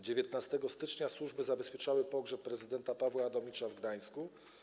19 stycznia służby zabezpieczały pogrzeb prezydenta Pawła Adamowicza w Gdańsku.